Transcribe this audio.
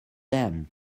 them